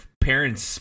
parents